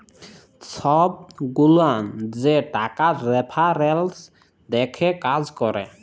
ছব গুলান যে টাকার রেফারেলস দ্যাখে কাজ ক্যরে